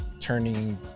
turning